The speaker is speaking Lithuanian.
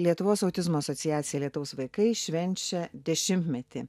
lietuvos autizmo asociacija lietaus vaikai švenčia dešimtmetį